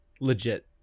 Legit